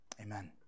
Amen